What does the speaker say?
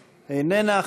איננה.